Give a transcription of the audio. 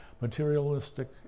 materialistic